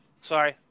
Sorry